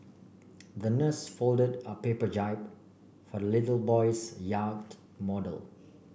the nurse folded a paper jib for little boy's yacht model